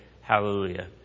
hallelujah